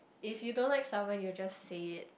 if you don't like someone you will just say it